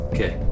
Okay